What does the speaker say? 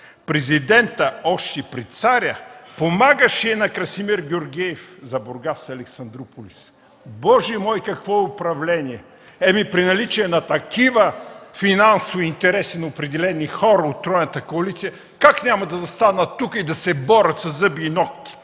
„Президентът още при Царя помагаше на Красимир Георгиев за „Бургас - Александруполис”.” Боже мой, какво управление! При наличие на такива финансови интереси на определени хора от тройната коалиция, как няма да останат тук и да се борят със зъби и нокти?!